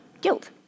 guilt